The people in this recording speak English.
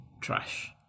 trash